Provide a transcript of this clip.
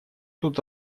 тут